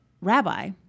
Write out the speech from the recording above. rabbi